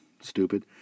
Stupid